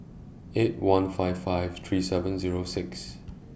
eight one five five three seven Zero six